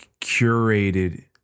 curated